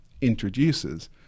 introduces